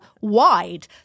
wide